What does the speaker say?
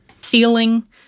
ceiling